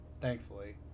thankfully